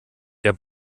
der